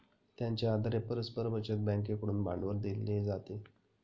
त्यांच्या आधारे परस्पर बचत बँकेकडून भांडवल दिले जाते